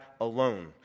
alone